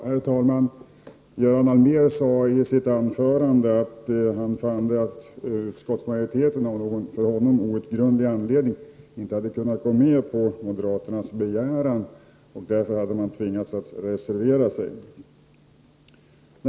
Herr talman! Göran Allmér sade att utskottsmajoriteten av någon för honom outgrundlig anledning inte hade kunnat gå med på moderaternas begäran och att de därför hade tvingats att reservera sig.